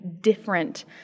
different